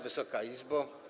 Wysoka Izbo!